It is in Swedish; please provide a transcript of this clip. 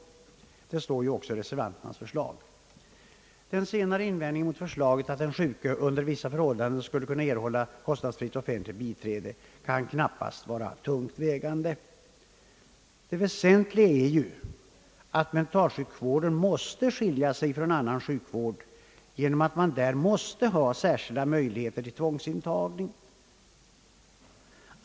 Samma tankegångar återfinns även i reservationen. Den senare invändningen mot förslaget att den sjuke under vissa förhållanden skulle kunna erhålla kostnadsfritt offentligt biträde kan knappast vara tungt vägande, Det väsentliga är ju, att mentalsjukvården måste skilja sig från annan sjukvård genom att man i den förra måste ha särskilda möjligheter till tvångsintagning.